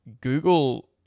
Google